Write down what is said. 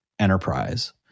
enterprise